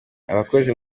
abakozi